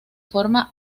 forma